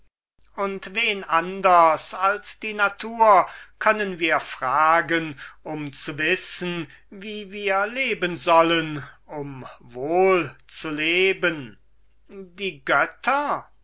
und wen anders als die natur können wir fragen um zu wissen wie wir leben sollen um wohl zu leben die götter